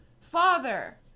Father